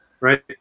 right